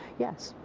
yes.